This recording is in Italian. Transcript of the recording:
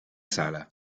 sala